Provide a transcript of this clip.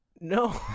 No